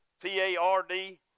T-A-R-D